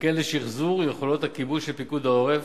וכן לשחזור יכולות הכיבוי של פיקוד העורף.